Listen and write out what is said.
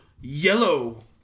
yellow